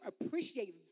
appreciate